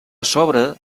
sobre